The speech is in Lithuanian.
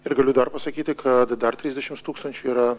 ir galiu dar pasakyti kad dar trisdešims tūkstančių yra